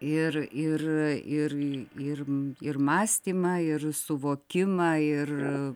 ir ir ir ir ir mąstymą ir suvokimą ir